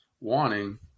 wanting